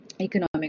economic